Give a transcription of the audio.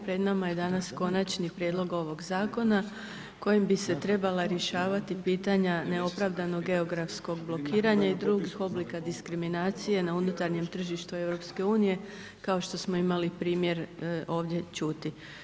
Pred nama je danas Konačni prijedlog ovog Zakona kojim bi se trebala rješavati pitanja neopravdanog geografskog blokiranja i drugih oblika diskriminacije na unutarnjem tržištu Europske unije, kao što smo imali primjer ovdje čuti.